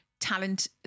talent